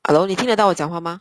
hello 你听得到我讲话吗